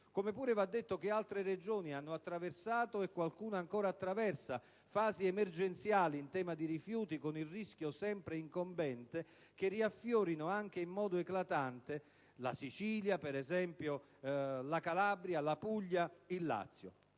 Come pure va detto che altre Regioni hanno attraversato e qualcuna ancora attraversa fasi emergenziali in tema di rifiuti, con il rischio sempre incombente che riaffiorino anche in modo eclatante: per esempio la Sicilia, la Calabria, la Puglia, il Lazio.